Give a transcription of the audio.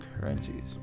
currencies